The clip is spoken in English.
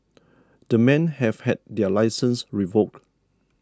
the men have had their licences revoked